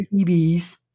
EBs